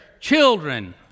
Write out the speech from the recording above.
children